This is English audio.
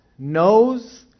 knows